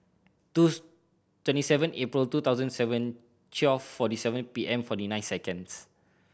two twenty seven April two thousand seven twelve forty seven P M forty nine seconds